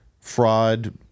fraud